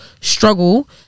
struggle